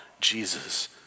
Jesus